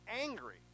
angry